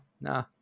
nah